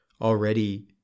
already